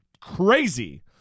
crazy